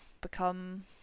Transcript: become